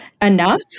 Enough